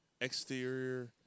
exterior